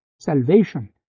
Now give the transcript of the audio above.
salvation